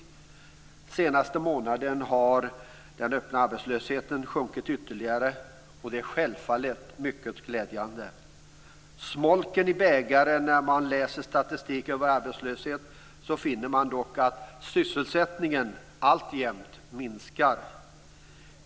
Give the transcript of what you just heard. Den senaste månaden har den öppna arbetslösheten sjunkit ytterligare, och det är självfallet mycket glädjande. Smolket i bägaren är när man läser statistik över arbetslösheten och finner att sysselsättningen alltjämt minskar.